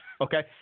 Okay